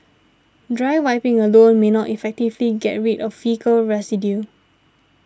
dry wiping alone may not effectively get rid of faecal residue